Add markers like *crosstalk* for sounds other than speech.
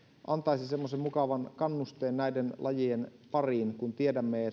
antaisi semmoisen mukavan kannusteen näiden lajien pariin kun tiedämme *unintelligible*